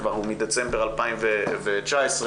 שהוא כבר מדצמבר 2019,